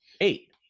Eight